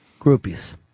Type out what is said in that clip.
Groupies